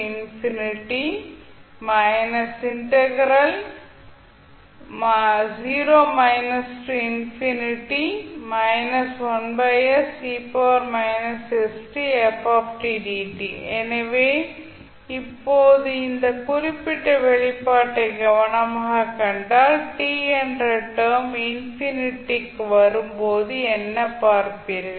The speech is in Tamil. இப்போது இந்த குறிப்பிட்ட வெளிப்பாட்டை கவனமாகக் கண்டால் t என்ற டேர்ம் இன்ஃபினிட்டி க்கு வரும்போது என்ன பார்ப்பீர்கள்